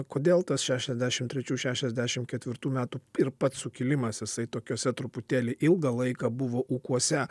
kodėl tas šešiasdešim trečių šešiasdešim ketvirtų metų ir pats sukilimas jisai tokiose truputėlį ilgą laiką buvo ūkuose